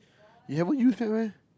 you haven't use that meh